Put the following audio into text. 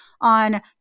on